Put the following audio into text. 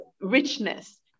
richness